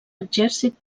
exèrcit